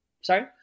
sorry